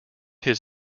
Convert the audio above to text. his